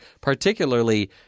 particularly